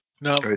No